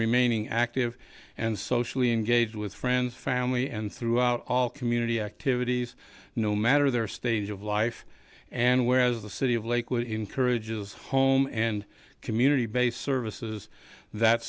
remaining active and socially engaged with friends family and throughout all community activities no matter their stage of life and whereas the city of lakewood encourages home and community based services that